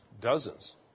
Dozens